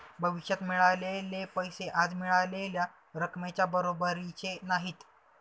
भविष्यात मिळालेले पैसे आज मिळालेल्या रकमेच्या बरोबरीचे नाहीत